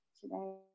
today